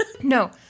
no